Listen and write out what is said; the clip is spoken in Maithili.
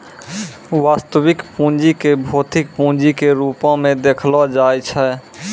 वास्तविक पूंजी क भौतिक पूंजी के रूपो म देखलो जाय छै